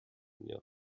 inniu